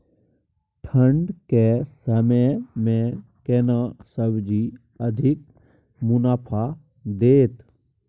ठंढ के समय मे केना सब्जी अधिक मुनाफा दैत?